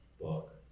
book